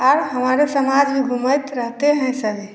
और हमारे समाज में घुमैत रहते हैं सभी